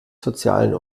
sozialen